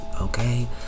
okay